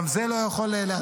גם זה לא יכול להיעצר,